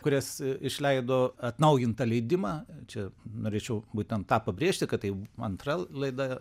kurias išleido atnaujintą leidimą čia norėčiau būtent tą pabrėžti kad tai antra laida